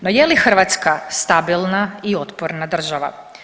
No je li Hrvatska stabilna i otporna država?